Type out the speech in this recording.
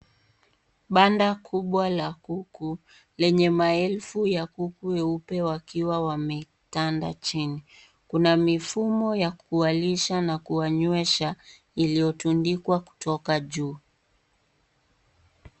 Banda kubwa la kuku lenye maelfu ya kuku weupe wakiwa wametanda chini. Kuna mifumo ya kuwalisha na kuwanywesha iliyotundikwa kutoka juu.